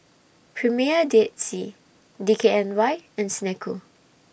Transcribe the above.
Premier Dead Sea D K N Y and Snek Ku